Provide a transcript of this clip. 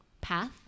path